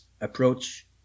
approach